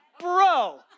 Bro